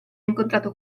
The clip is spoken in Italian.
incontrato